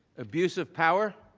abuse of power,